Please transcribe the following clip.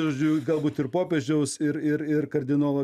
žodžiu galbūt ir popiežiaus ir ir ir kardinolo